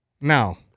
Now